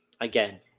again